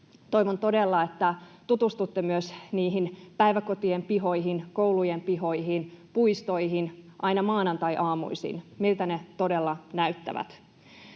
Toivon todella, että tutustutte myös päiväkotien pihoihin, koulujen pihoihin ja puistoihin, miltä ne aina maanantaiaamuisin todella näyttävät.